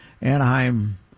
Anaheim